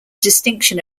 distinction